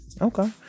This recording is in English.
Okay